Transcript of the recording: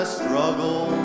struggle